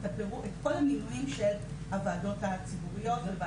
את כל המינויים של הוועדות הציבוריות.